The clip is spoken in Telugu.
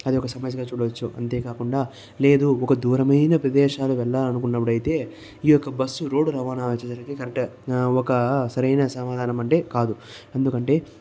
అది ఒక సమస్యగా చూడవచ్చు అంతేకాకుండా లేదు ఒక దూరమైన ప్రదేశాలు వెళ్లాలి అనుకున్నప్పుడైతే ఈ యొక్క బస్సు రోడ్డు రవాణా జోలికి కరెక్టు గా ఒక సరైన సమాధానం అంటే కాదు ఎందుకంటే